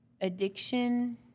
Addiction